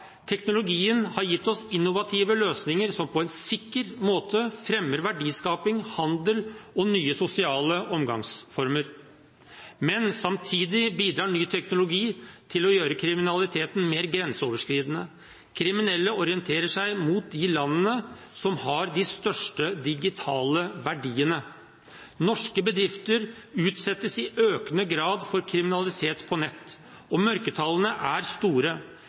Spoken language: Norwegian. Teknologien har gitt oss innovative løsninger, som på en sikker måte fremmer verdiskaping, handel og nye sosiale omgangsformer. Men samtidig bidrar ny teknologi til å gjøre kriminaliteten mer grenseoverskridende. Kriminelle orienterer seg mot de landene som har de største digitale verdiene. Norske bedrifter utsettes i økende grad for kriminalitet på nett, og mørketallene er store.